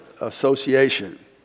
association